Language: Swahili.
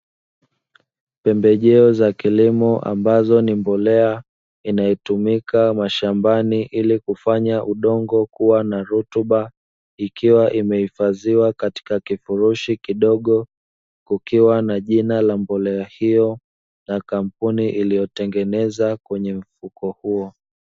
Pembejeo za kilimo ambayo ni mbolea inayotumika mashambani ili kufanya udongo kuwa na rutuba, ikiwa imehifadhiwa katika kifurushi kidogo kukiwa na jina la mbolea hiyo na kampuni iliyotengeneza kwenye mfuko huo.